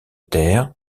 terre